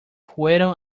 fueron